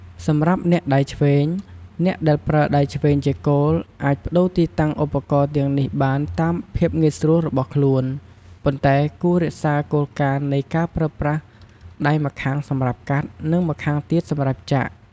សម្រាប់អ្នកដៃឆ្វេង អ្នកដែលប្រើដៃឆ្វេងជាគោល អាចប្តូរទីតាំងឧបករណ៍ទាំងនេះបានតាមភាពងាយស្រួលរបស់ខ្លួន ប៉ុន្តែគួររក្សាគោលការណ៍នៃការប្រើប្រាស់ដៃម្ខាងសម្រាប់កាត់ និងម្ខាងទៀតសម្រាប់ចាក់។